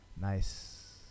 nice